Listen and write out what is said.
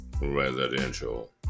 Residential